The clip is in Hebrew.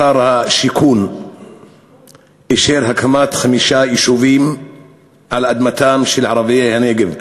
שר השיכון אישר הקמת חמישה יישובים על אדמתם של ערביי הנגב,